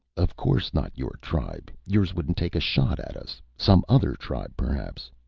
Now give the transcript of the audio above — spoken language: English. of course not your tribe. yours wouldn't take a shot at us. some other tribe, perhaps?